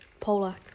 Polak